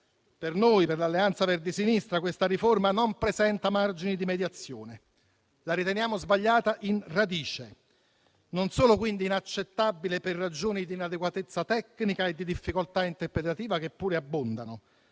per noi, per l'Alleanza Verdi e Sinistra, questa riforma non presenta margini di mediazione. La riteniamo sbagliata in radice, non solo quindi inaccettabile per ragioni di inadeguatezza tecnica e di difficoltà interpretativa, che pure abbondano,